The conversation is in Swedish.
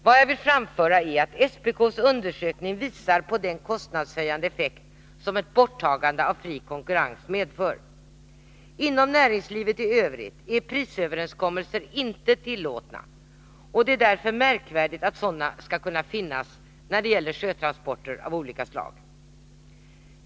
Vad jag vill framföra är att SPK:s undersökning visar på den kostnadshöjande effekt som ett borttagande av fri konkurrens medför. Inom näringslivet i övrigt är prisöverenskommelser inte tillåtna; och det är därför märkvärdigt att sådana skall kunna finnas när det gäller sjötransporter av olika slag.